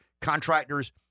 contractors